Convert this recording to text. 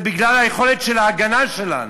זה בכלל היכולת של ההגנה שלנו.